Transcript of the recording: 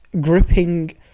gripping